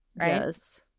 Yes